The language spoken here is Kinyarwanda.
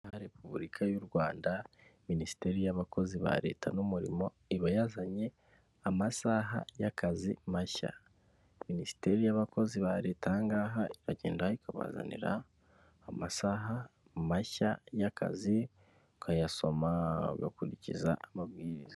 Repubulika y'u Rwanda minisiteri y'abakozi ba leta n'umurimo, iba yazanye amasaha y'akazi mashya, minisiteri y'abakozi ba leta aha ngaha, iragenda ikabazanira amasaha mashya y'akazi ukayasoma ugakurikiza amabwiriza.